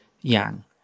yang